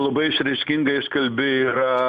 labai išraiškinga iškalbi yra